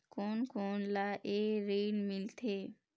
कोन कोन ला ये ऋण मिलथे?